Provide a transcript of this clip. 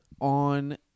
on